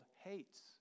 hates